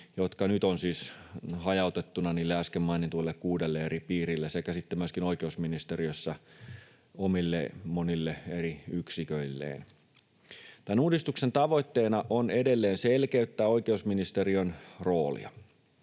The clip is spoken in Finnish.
jotka nyt ovat siis hajautettuna niille äsken mainituille kuudelle eri piirille sekä myöskin oikeusministeriössä monille eri yksiköille. Tämän uudistuksen tavoitteena on edelleen selkeyttää oikeusministeriön roolia.